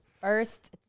First